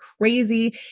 crazy